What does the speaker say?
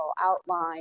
outline